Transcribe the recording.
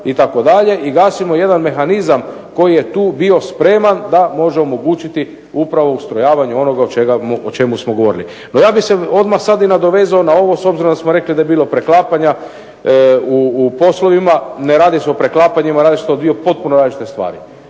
itd. i gasimo jedan mehanizam koji je tu bio spreman da može omogućiti upravo ustrojavanje onoga o čemu smo govorili. No ja bih se odmah sad i nadovezao na ovo s obzirom da smo rekli da je bilo preklapanja u poslovima. Ne radi se o preklapanjima radi se to o 2 potpuno različite stvari.